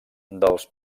dels